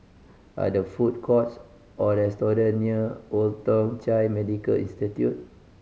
are there food courts or restaurant near Old Thong Chai Medical Institution